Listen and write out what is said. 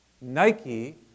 Nike